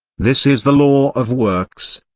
this is the law of works,